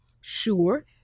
Sure